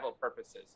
purposes